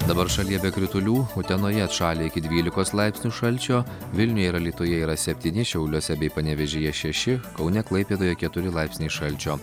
dabar šalyje be kritulių utenoje atšalę iki dvylikos laipsnių šalčio vilniuje ir alytuje yra septyni šiauliuose bei panevėžyje šeši kaune klaipėdoje keturi laipsniai šalčio